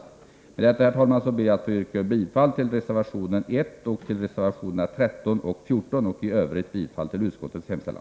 Med detta, herr talman, ber jag att få yrka bifall till reservationerna 1, 13 och 14 och i övrigt till utskottets hemställan.